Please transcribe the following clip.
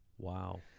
Wow